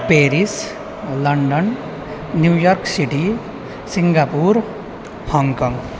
Paris London New York city Singapore Hong Kong